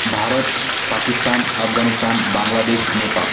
Bharat Pakistan Afghanistan Bangladesh Nepal